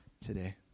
today